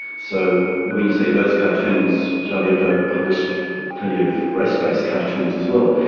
so when you say those cartoons, charlie hebdo published plenty of race-based cartoons as well.